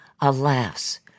Alas